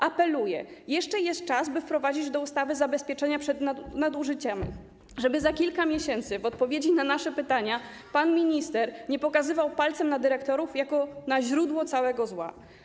Apeluję: jest jeszcze czas, by wprowadzić do ustawy zabezpieczenia przed nadużyciami, żeby za kilka miesięcy w odpowiedzi na nasze pytania pan minister nie pokazywał palcem na dyrektorów jako na źródło całego zła.